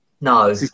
No